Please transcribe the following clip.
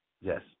Yes